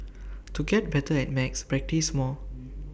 to get better at maths practise more